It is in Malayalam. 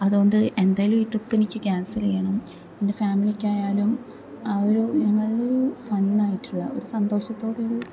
അതുകൊണ്ട് എന്തായാലും ഈ ട്രിപ്പ് എനിക്ക് ക്യാൻസൽ ചെയ്യണം എൻ്റെ ഫാമിലിക്കായാലും ആ ഒരു ഞങ്ങൾ ഒരു ഫൺ ആയിട്ടുള്ള ഒരു സന്തോഷത്തോടെയുള്ള